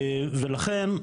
ולכן,